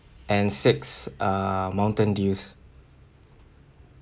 and six err mountain dews